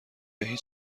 هیچ